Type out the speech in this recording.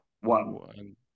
one